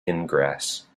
ingress